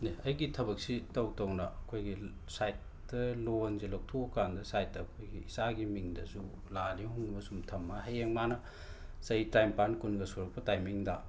ꯑꯩꯒꯤ ꯊꯕꯛꯁꯤ ꯇꯧ ꯇꯧꯅ ꯑꯈꯣꯏꯒꯤ ꯁꯥꯏꯠꯇ ꯂꯣꯟꯖꯦ ꯂꯧꯊꯣꯛꯑꯀꯥꯟꯗ ꯁꯥꯏꯠꯇ ꯑꯈꯣꯏꯒꯤ ꯏꯆꯥꯒꯤ ꯃꯤꯡꯗꯖꯨ ꯂꯥꯛ ꯑꯅꯤ ꯑꯍꯨꯝꯒꯨꯝꯕ ꯁꯨꯝ ꯊꯝꯃ ꯍꯌꯦꯡ ꯃꯥꯅ ꯆꯍꯤ ꯇ꯭ꯔꯥꯏꯝꯄꯥꯟ ꯀꯨꯟꯒ ꯁꯨꯔꯛꯄ ꯇꯥꯏꯃꯤꯡꯗ